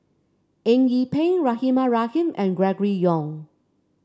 Eng Yee Peng Rahimah Rahim and Gregory Yong